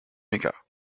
mecca